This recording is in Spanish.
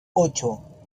ocho